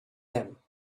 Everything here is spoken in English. them